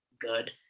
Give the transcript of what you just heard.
good